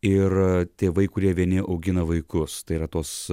ir tėvai kurie vieni augina vaikus tai yra tos